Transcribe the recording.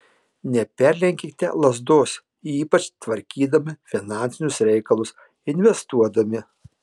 neperlenkite lazdos ypač tvarkydami finansinius reikalus investuodami